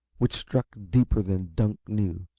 which struck deeper than dunk knew.